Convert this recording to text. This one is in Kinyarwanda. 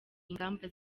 ingamba